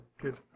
Good